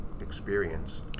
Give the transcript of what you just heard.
experience